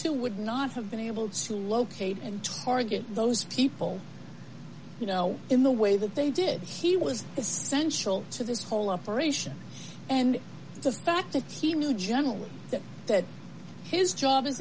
to would not have been able to locate and target those people you know in the way that they did he was essential to this whole operation and the fact that he knew generally that that his job is